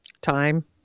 Time